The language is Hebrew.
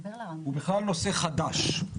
הוא בכלל נושא חדש.